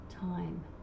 time